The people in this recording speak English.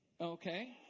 Okay